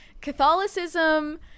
catholicism